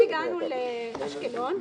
הגענו לאשקלון,